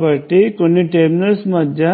కాబట్టి కొన్ని టెర్మినల్స్ మధ్య